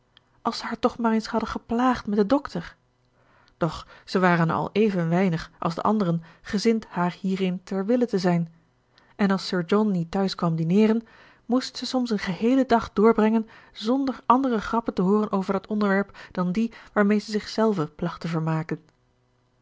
als ze haar toch maar eens hadden geplaagd met den dokter doch zij waren al even weinig als de anderen gezind haar hierin ter wille te zijn en als sir john niet thuis kwam dineeren moest zij soms een geheelen dag doorbrengen zonder andere grappen te hooren over dat onderwerp dan die waarmee ze zich zelve placht te vermaken